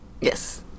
Yes